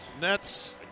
Nets